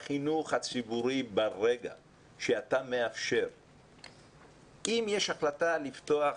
אם יש החלטה לפתוח